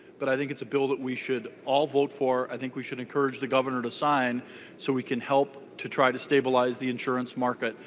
but i think it's a bill we should all vote four. i think we should encourage the gov. and to sign so we can help to try to stabilize the insurance market.